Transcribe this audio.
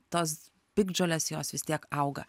tos piktžolės jos vis tiek auga